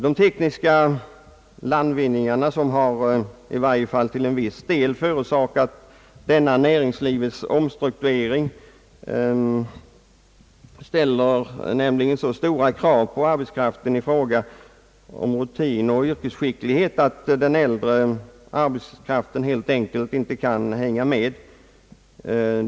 De tekniska landvinningarna som — i varje fall till en viss del — förorsakat denna näringslivets omstrukturering ställer nämligen så stora krav på arbetskraften beträffande rutin och yrkesskicklighet, att den äldre arbetskraften helt enkelt inte kan hänga med.